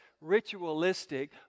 ritualistic